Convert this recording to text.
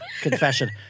confession